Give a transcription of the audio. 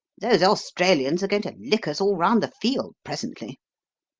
those australians are going to lick us all round the field presently.